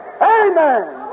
Amen